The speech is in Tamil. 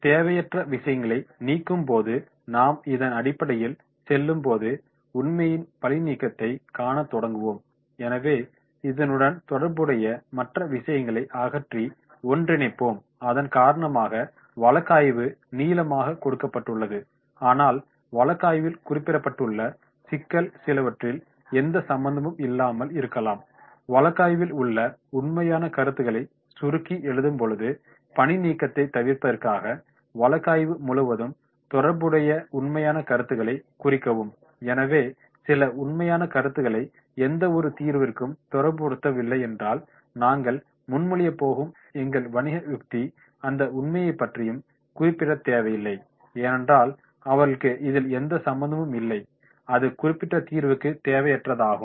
தேவையற்ற விஷயங்களை நீக்கும் போது நாம் இதன் அடிப்படையில் செல்லும்போது உண்மைகளில் பணிநீக்கத்தைக் காணத் தொடங்குவோம் எனவே இதனுடன் தொடர்புடைய மற்ற விஷயங்களை அகற்றி ஒன்றிணைப்போம் அதன்காரணமாக வழக்காய்வு நீளமாக கொடுக்கப்பட்டுள்ளது ஆனால் வழக்காய்வில் குறிப்பிடப்பட்டுள்ள சிக்கல் சிலவற்றில் எந்த சம்பந்தமும் இல்லாமல் இருக்கலாம் வழக்காய்வில் உள்ள உண்மையான கருத்துகளை சுருக்கி எழுதும்பொழுது பணிநீக்கத்தைத் தவிர்ப்பதற்காக வழக்காய்வு முழுவதும் தொடர்புடைய உண்மையான கருத்துகளை குறிக்கவும் எனவே சில உண்மையான கருத்துகளை எந்தவொரு தீர்விற்கும் தொடர்புபடுத்தவில்லை என்றால் நாங்கள் முன்மொழியப் போகும் எங்கள் வணிக யுக்தி அந்த உண்மைகளைப் பற்றியும் குறிப்பிட தேவையில்லை ஏனென்றால் அவர்களுக்கு இதில் எந்த சம்பந்தமும் இல்லை அது குறிப்பிட்ட தீர்வுக்கு தேவையற்றதாகும்